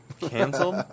Canceled